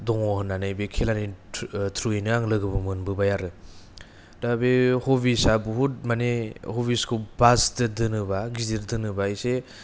दङ होननानै बे खेलानि थ्रु थ्रुयैनो आङो लोगोबो मोनबोबाय आरो दा बे हभिसा बुहुत माने हभिसखौ भास्टद्राय दोनोब्ला गिदिर दोनोब्ला एसे